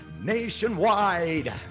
nationwide